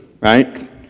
right